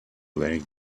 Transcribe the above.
legs